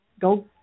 go